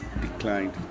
declined